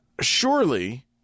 surely